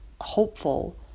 hopeful